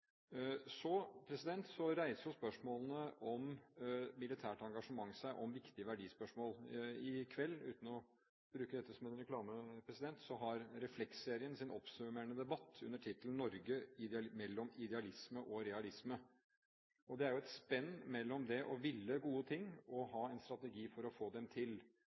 Så reiser spørsmålene om militært engasjement viktige verdispørsmål. I kveld, uten å bruke dette som en reklame, har Refleksserien sin oppsummerende debatt under tittelen «Norge i verden. Idealist eller realist?». Det er et spenn mellom det å ville gode ting og det å ha en strategi for å få dem til.